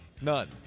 None